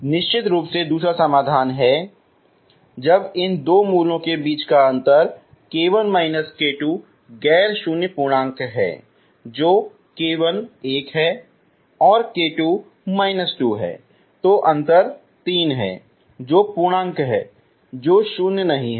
निश्चित रूप में दूसरा समाधान है जब इन दो मूलों के बीच का अंतर k1−k2 गैर शून्य पूर्णांक है जो k1 1 है और k2 2 है तो अंतर 3 है जो पूर्णांक है जो शून्य नहीं है